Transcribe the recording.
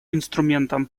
инструментом